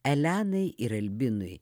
elenai ir albinui